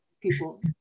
people